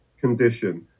condition